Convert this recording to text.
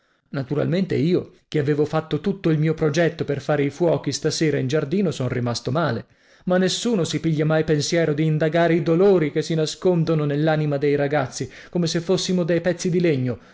naturalmente io che avevo fatto tutto il mio progetto per fare i fuochi stasera in giardino son rimasto male ma nessuno si piglia mai pensiero di indagare i dolori che si nascondono nellanima dei ragazzi come se fossimo dei pezzi di legno